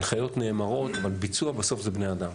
הנחיות נאמרות, אבל ביצוע בסוף זה בני אדם.